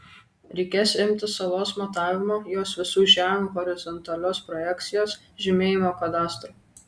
reikės imtis salos matavimo jos visų žemių horizontalios projekcijos žymėjimo kadastro